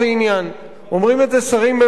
אומרים את זה שרים בממשלת ישראל.